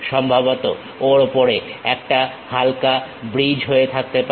সম্ভবত ওর ওপরে একটা হালকা ব্রিজ হয়ে থাকতে পারে